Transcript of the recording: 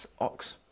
Ox